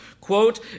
quote